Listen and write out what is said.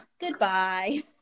goodbye